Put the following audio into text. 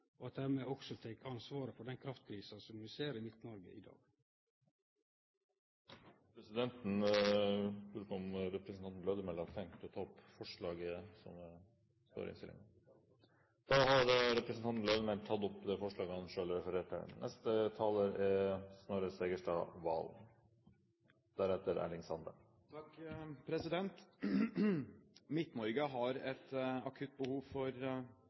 at dei dermed også tek ansvaret for den kraftkrisa vi ser i Midt-Noreg i dag. Presidenten lurer på om representanten Lødemel har tenkt å ta opp forslaget som står i innstillingen. Ja, eg tek det opp. Da har representanten Bjørn Lødemel tatt opp det forslaget han refererte til. Midt-Norge har et akutt behov for